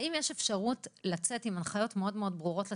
האם יש אפשרות לצאת עם הנחיות מאוד-מאוד ברורות לציבור,